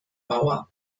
bauer